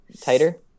Tighter